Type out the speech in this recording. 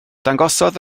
dangosodd